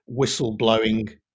whistleblowing